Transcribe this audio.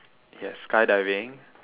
yes skydiving